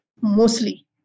mostly